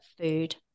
food